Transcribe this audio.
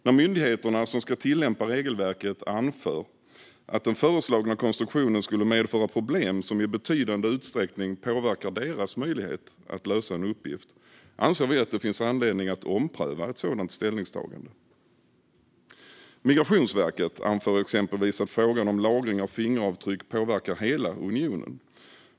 När myndigheterna som ska tillämpa regelverket anför att den föreslagna konstruktionen skulle medföra problem som i betydande utsträckning påverkar deras möjlighet att lösa en uppgift anser vi att det finns anledning att ompröva ett sådant ställningstagande. Migrationsverket anför exempelvis att frågan om lagring av fingeravtryck påverkar hela unionen.